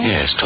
Yes